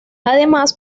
además